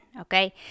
Okay